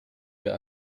der